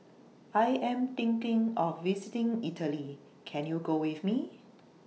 I Am thinking of visiting Italy Can YOU Go with Me